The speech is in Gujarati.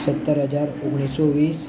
સત્તર હજાર ઓગણીસસો વીસ